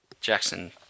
Jackson